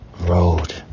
road